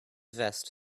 vest